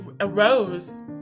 arose